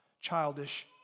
childish